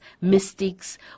mystics